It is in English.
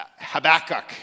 Habakkuk